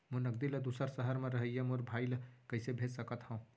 मोर नगदी ला दूसर सहर म रहइया मोर भाई ला कइसे भेज सकत हव?